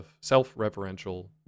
self-referential